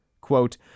Quote